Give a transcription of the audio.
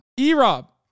e-rob